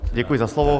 Děkuji za slovo.